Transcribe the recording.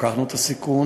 לקחנו את הסיכון,